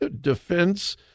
defense